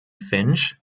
finch